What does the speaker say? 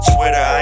Twitter